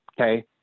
Okay